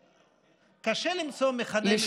וקשה למצוא מכנה משותף,